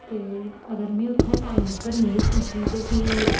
ते अगर में उत्थै टैम उप्पर नेईं पुज्जी ते फ्ही